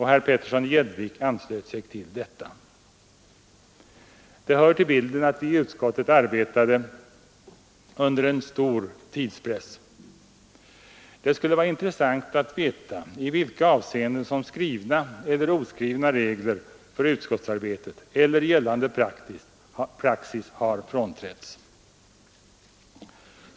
Herr Petersson i Gäddvik anslöt sig till detta. Det hör till bilden att vi i utskottet arbetade under en stark tidspress. Det skulle vara intressant att veta i vilka avseenden som skrivna eller oskrivna regler för utskottsarbetet eller gällande praxis har frånträtts.